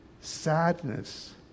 sadness